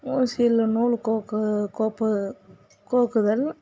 ஊசியில் நூல் கோர்க்கு கோப்பு கோர்க்குதல்